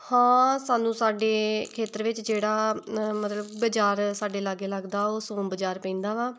ਹਾਂ ਸਾਨੂੰ ਸਾਡੇ ਖੇਤਰ ਵਿੱਚ ਜਿਹੜਾ ਮਤਲਬ ਬਜ਼ਾਰ ਸਾਡੇ ਲਾਗੇ ਲੱਗਦਾ ਉਹ ਸੋਮ ਬਜ਼ਾਰ ਪੈਂਦਾ ਵਾ